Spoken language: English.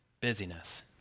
Busyness